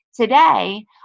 Today